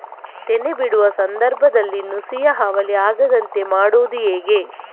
ತೆನೆ ಬಿಡುವ ಸಂದರ್ಭದಲ್ಲಿ ನುಸಿಯ ಹಾವಳಿ ಆಗದಂತೆ ಮಾಡುವುದು ಹೇಗೆ?